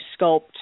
sculpt